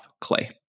clay